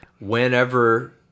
whenever